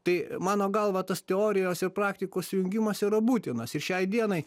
tai mano galva tas teorijos ir praktikos jungimas yra būtinas ir šiai dienai